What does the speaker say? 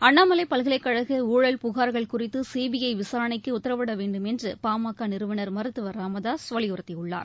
அண்ணாமலைபல்கலைக் கழகஊழல் புகார்கள் குறித்துசிபிஐவிசாரணைக்குஉத்தரவிடவேண்டும் என்றுபாமகநிறுவனர்மருத்துவர் ச ராமதாசுவலியுறுத்தியுள்ளார்